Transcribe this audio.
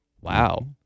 Wow